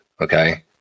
Okay